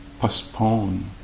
postpone